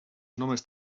només